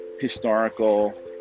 historical